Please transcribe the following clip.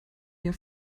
ihr